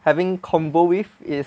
having convo with is